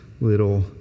little